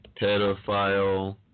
pedophile